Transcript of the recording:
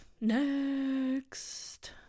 next